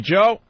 Joe